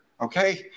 okay